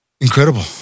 Incredible